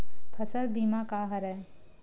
फसल बीमा का हरय?